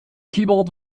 keyboard